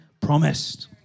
promised